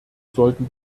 sollten